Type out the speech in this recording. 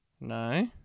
No